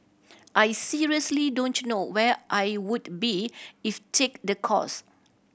I seriously don't know where I would be if take the course